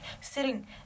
sitting